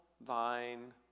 thine